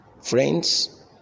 Friends